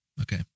Okay